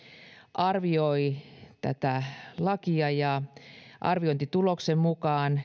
arvioi tätä lakia ja arviointituloksen mukaan